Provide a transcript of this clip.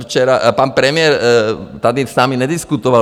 Včera pan premiér tady s námi nediskutoval.